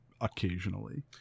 occasionally